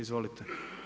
Izvolite.